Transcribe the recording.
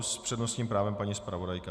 S přednostním právem paní zpravodajka.